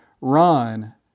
run